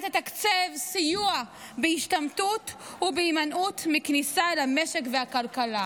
תתקצב סיוע בהשתמטות ובהימנעות מכניסה אל המשק והכלכלה.